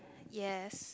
yes